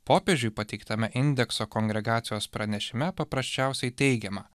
popiežiui pateiktame indekso kongregacijos pranešime paprasčiausiai teigiama